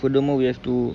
furthermore we have to